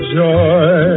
joy